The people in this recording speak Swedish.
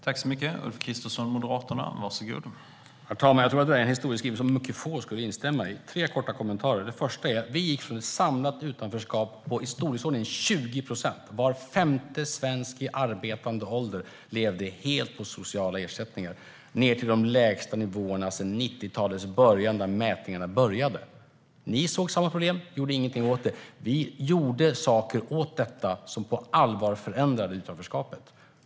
Herr talman! Jag tror att det där är en historieskrivning som mycket få skulle instämma i. Jag har tre korta kommentarer. Den första är: Vi gick från ett samlat utanförskap på i storleksordningen 20 procent - var femte svensk i arbetsför ålder levde helt på sociala ersättningar - ned till de lägsta nivåerna sedan mätningarna började i början av 1990-talet. Ni såg samma problem men gjorde inget åt det. Vi gjorde saker åt detta som på allvar förändrade utanförskapet.